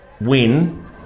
win